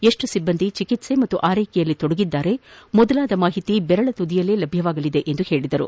ಎಷ್ಟು ಸಿಬ್ಬಂದಿ ಚಿಕಿಸ್ಸೆ ಮತ್ತು ಆರೈಕೆಯಲ್ಲಿ ತೊಡಗಿದ್ದಾರೆ ಮೊದಲಾದ ಮಾಹಿತಿ ಬೆರಳ ತುದಿಯಲ್ಲೇ ಲಭ್ಯವಾಗಲಿದೆ ಎಂದು ಅವರು ಹೇಳಿದರು